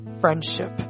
friendship